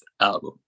album